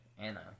Anna